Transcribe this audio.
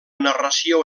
narració